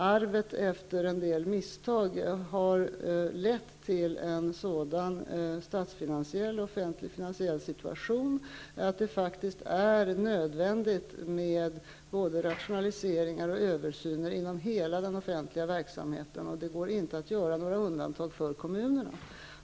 Arvet efter en del misstag har lett till en sådan offentlig finansiell situation, att det faktiskt är nödvändigt med både rationaliseringar och översyner inom hela den offentliga verksamheten, och det går inte att göra några undantag för kommunerna.